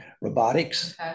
robotics